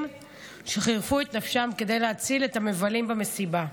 שחירפו נפשם כדי להציל את המבלים במסיבה.